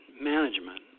management